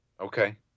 Okay